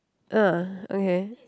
ah okay